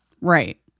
Right